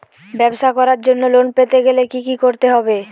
ব্যবসা করার জন্য লোন পেতে গেলে কি কি করতে হবে?